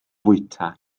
fwyta